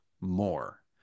more